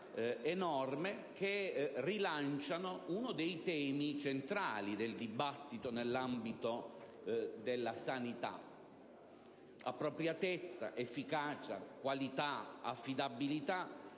enorme, che rilanciano uno dei temi centrali del dibattito nell'ambito della sanità. Appropriatezza, efficacia, qualità, affidabilità